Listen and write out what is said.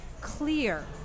clear